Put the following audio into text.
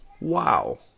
Wow